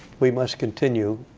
we must continue.